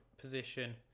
position